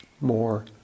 more